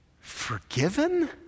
Forgiven